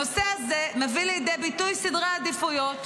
הנושא הזה מביא לידי ביטוי סדרי העדיפויות.